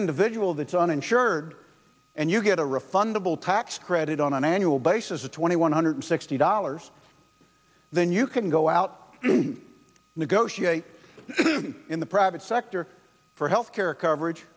individual that's uninsured and you get a refundable tax credit on an annual basis of twenty one hundred sixty dollars then you can go out negotiate in the private sector for health care coverage